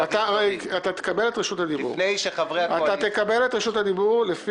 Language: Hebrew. אתה תקבל את רשות הדיבור.